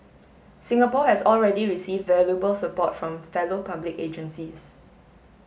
Singapore has already received valuable support from fellow public agencies